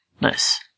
Nice